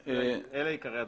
אלה עיקרי הדברים.